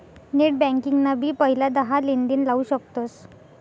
net banking ना भी पहिला दहा लेनदेण लाऊ शकतस